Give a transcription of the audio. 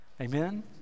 Amen